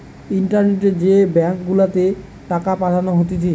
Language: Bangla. ইন্টারনেটে যে ব্যাঙ্ক গুলাতে টাকা পাঠানো হতিছে